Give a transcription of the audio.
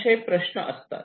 असे प्रश्न असतात